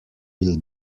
will